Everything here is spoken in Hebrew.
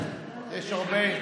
יש הרבה.